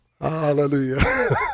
Hallelujah